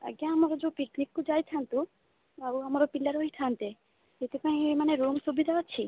ଆଜ୍ଞା ଆମର ଯେଉଁ ପିକ୍ନିକ୍କୁ ଯାଇଥାନ୍ତୁ ଆଉ ଆମର ପିଲା ରହିଥାନ୍ତେ ସେଥିପାଇଁ ମାନେ ରୁମ୍ ସୁବିଧା ଅଛି